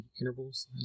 intervals